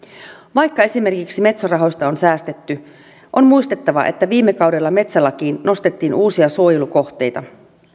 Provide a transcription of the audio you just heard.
vaikka esimerkiksi metso rahoista on säästetty on muistettava että viime kaudella metsälakiin nostettiin uusia suojelukohteita